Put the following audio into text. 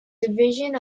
division